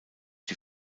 die